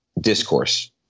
discourse